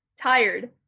tired